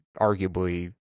arguably